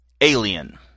Alien